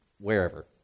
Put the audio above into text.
wherever